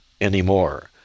Anymore